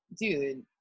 dude